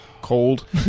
Cold